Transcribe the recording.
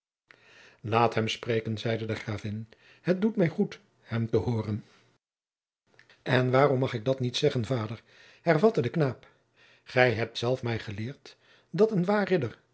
laat hem spreken zeide de gravin het doet mij goed hem te hooren en waarom mag ik dat niet zeggen vader hervatte de knaap gij hebt zelf mij geleerd dat een